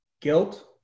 guilt